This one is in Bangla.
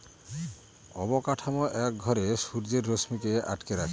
অবকাঠামো এক ঘরে সূর্যের রশ্মিকে আটকে রাখে